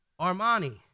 Armani